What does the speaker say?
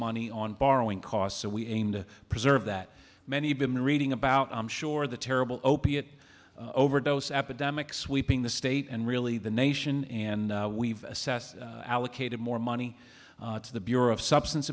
money on borrowing costs so we aim to preserve that many been reading about i'm sure the terrible opiate overdose epidemic sweeping the state and really the nation and we've assessed allocated more money to the bureau of substance